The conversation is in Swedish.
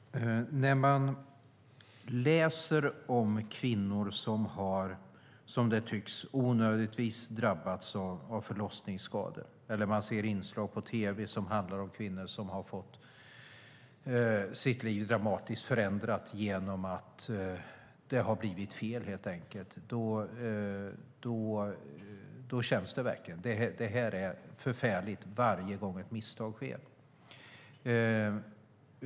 Fru talman! När man läser om kvinnor som har, som det tycks, onödigtvis drabbats av förlossningsskador, eller man ser inslag på tv som handlar om kvinnor som har fått sina liv dramatiskt förändrade på grund av att det har blivit fel, känns det verkligen. Det är förfärligt varje gång ett misstag sker.